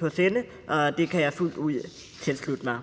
på sinde, og det kan jeg fuldt ud tilslutte mig.